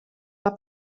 alla